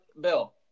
Bill